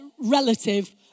relative